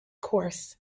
course